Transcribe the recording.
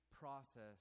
process